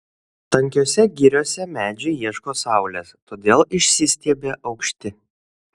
tankiose giriose medžiai ieško saulės todėl išsistiebia aukšti